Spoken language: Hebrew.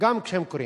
אוקיי.